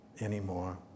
anymore